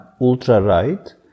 ultra-right